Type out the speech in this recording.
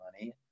money